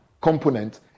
component